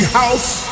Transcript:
house